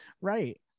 right